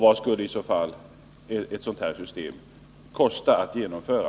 Vad skulle ett sådant system kosta att genomföra?